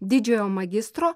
didžiojo magistro